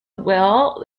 will